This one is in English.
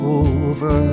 over